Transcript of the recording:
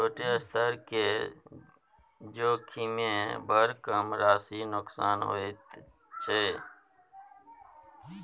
छोट स्तर केर जोखिममे बड़ कम राशिक नोकसान होइत छै